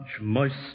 moist